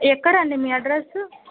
ఎక్కడండి మీ అడ్రస్సు